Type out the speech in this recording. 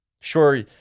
Sure